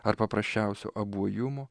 ar paprasčiausio abuojumo